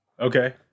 Okay